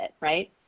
right